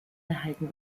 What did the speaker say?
gehalten